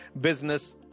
business